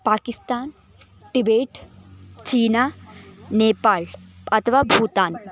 Pakistan Tibet चीना नेपाळ् अथवा भूतान्